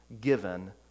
given